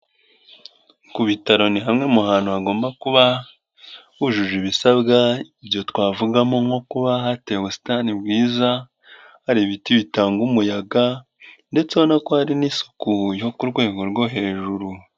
Ku bitaro ni hamwe mu hantu hagomba kuba, hujuje ibisabwa, ibyo twavugamo nko kuba hatewe ubusitani bwiza, hari ibiti bitanga umuyaga, ndetse urabona ko hari n'isuku yo ku rwego rwo hejuru.